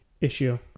issue